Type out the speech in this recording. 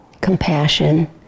compassion